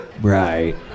Right